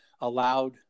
allowed